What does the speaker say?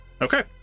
Okay